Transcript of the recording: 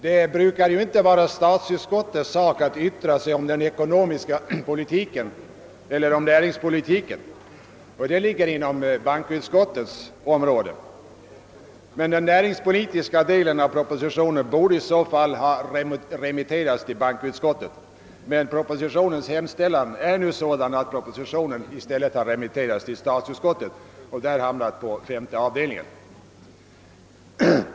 Det brukar ju inte vara statsutskottets sak att yttra sig om den ekonomiska politiken eller om näringspolitiken; dessa uppgifter åvilar bankoutskottet. Den näringspolitiska delen av propositionen borde sålunda ha remitterats till bankoutskottet, men proposi tionens hemställan är nu sådan, att propositionen i sin helhet remitterats till statsutskottet där den hamnat på femte avdelningen.